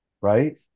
right